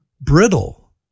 brittle